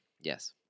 Yes